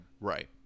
Right